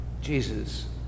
Jesus